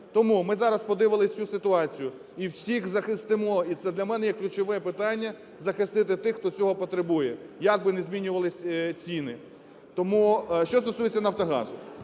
Тому ми зараз подивились цю ситуацію і всіх захистимо, і це для мене як ключове питання захистити тих, хто цього потребує, як би не змінювались ціни. Що стосується "Нафтогазу".